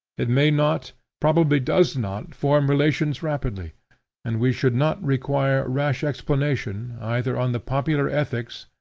it may not, probably does not, form relations rapidly and we should not require rash explanation, either on the popular ethics,